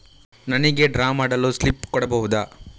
ನನಿಗೆ ಡ್ರಾ ಮಾಡಲು ಸ್ಲಿಪ್ ಕೊಡ್ಬಹುದಾ?